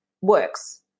works